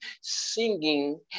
singing